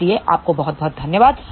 इसलिए आपको बहुत बहुत धन्यवाद